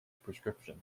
prescription